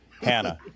Hannah